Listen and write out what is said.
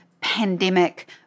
pandemic